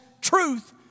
truth